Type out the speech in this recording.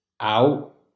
out